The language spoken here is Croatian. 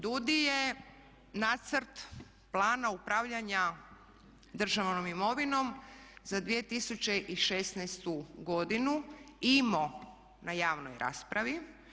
DUDI je nacrt plana upravljanja državnom imovinom za 2016. godinu imao na javnoj raspravi.